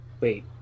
Wait